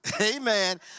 Amen